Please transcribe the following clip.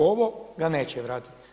Ovo ga neće vratiti.